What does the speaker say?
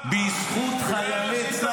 בגללך,